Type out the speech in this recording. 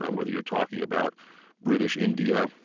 ah whether you're talking about british india,